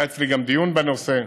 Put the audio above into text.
היה אצלי גם דיון בנושא.